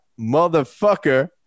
motherfucker